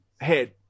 head